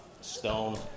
stone